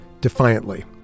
defiantly